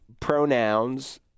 pronouns